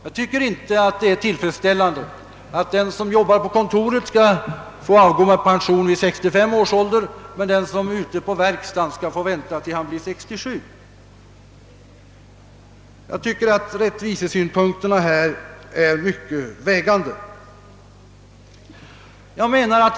Jag tycker inte det är tillfredsställande, att den som jobbar på kontoret skall få avgå med pension vid 65 års ålder, medan den som jobbar ute på verkstaden måste gå kvar tills han är 67. Jag tycker att rättvisesynpunkterna är mycket vägande.